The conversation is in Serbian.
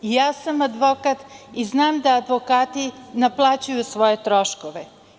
I ja sam advokat i znam da advokati naplaćuju svoje troškove.